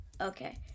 Okay